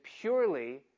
purely